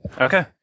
Okay